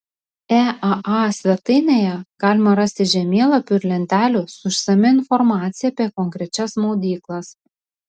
eaa svetainėje galima rasti žemėlapių ir lentelių su išsamia informacija apie konkrečias maudyklas